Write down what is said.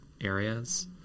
areas